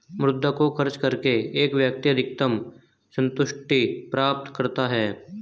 मुद्रा को खर्च करके एक व्यक्ति अधिकतम सन्तुष्टि प्राप्त करता है